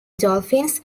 dolphins